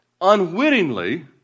Unwittingly